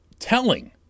telling